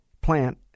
plant